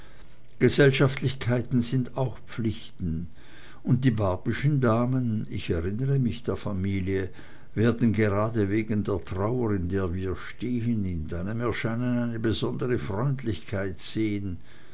gesellschaftlichkeiten sind auch pflichten und die barbyschen damen ich erinnere mich der familie werden gerade wegen der trauer in der wir stehn in deinem erscheinen eine besondre freundlichkeit sehn